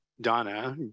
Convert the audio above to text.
Donna